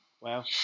Wow